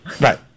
Right